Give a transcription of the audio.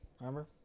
Remember